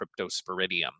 cryptosporidium